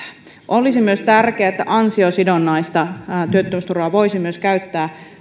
olisi myös tärkeätä että myös ansiosidonnaista työttömyysturvaa voisi käyttää